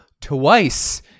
twice